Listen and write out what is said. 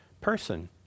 person